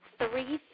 three